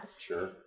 Sure